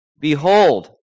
Behold